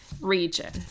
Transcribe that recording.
region